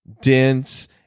dense